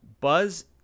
Buzz